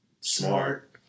Smart